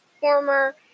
former